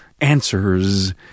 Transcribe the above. answers